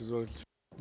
Izvolite.